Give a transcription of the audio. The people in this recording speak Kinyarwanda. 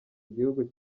igihugu